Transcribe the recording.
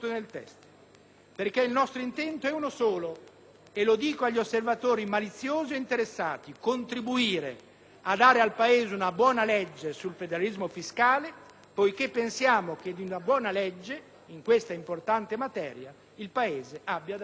perché il nostro intento è uno solo, e lo dico agli osservatori maliziosi e interessati: contribuire a dare al Paese una buona legge sul federalismo fiscale, poiché pensiamo che di una buona legge in questa importante materia il Paese abbia davvero bisogno.